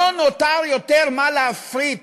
לא נותר עוד מה להפריט